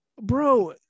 Bro